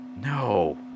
No